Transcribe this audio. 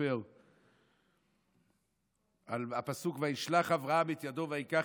מספר בפסוק "וישלח אברהם את ידו ויִקח